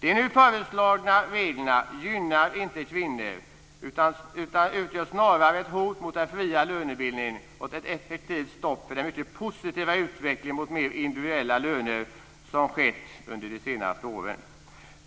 De nu föreslagna reglerna gynnar inte kvinnor utan utgör snarare ett hot mot den fria lönebildningen och ett effektivt stopp för den mycket positiva utveckling mot mer individuella löner som skett under de senaste åren.